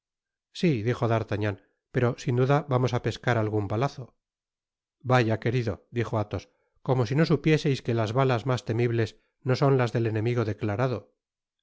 sí dijo d'artagnan pero sin duda vamos á pescar algun balazo vaya querido dijo athos como si no supieseis que las balas mas temibles no son las del enemigo declarado